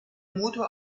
motor